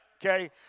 Okay